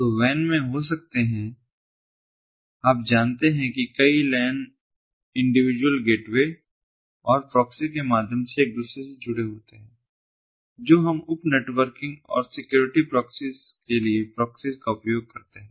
तो वैन में हो सकते हैं आप जानते हैं कि कई लैन इंडिविजुअल गेटवे और प्रॉक्सी के माध्यम से एक दूसरे से जुड़े होते हैं जो हम उप नेटवर्किंग और सिक्योरिटी प्रॉक्सीस के लिए प्रॉक्सी का उपयोग करते हैं